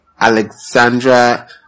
Alexandra